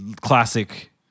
classic